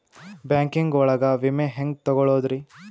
Banking ಒಳಗ ವಿಮೆ ಹೆಂಗ್ ತೊಗೊಳೋದ್ರಿ?